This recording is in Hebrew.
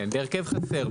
כן, בהרכב חסר.